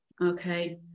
okay